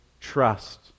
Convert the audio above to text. trust